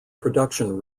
production